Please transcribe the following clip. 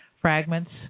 fragments